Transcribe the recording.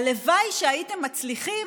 הלוואי שהייתם מצליחים